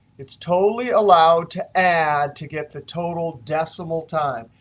it's totally allowed to add to get the total decimal time.